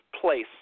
place